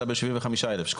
אלא ב-75,000 שקלים.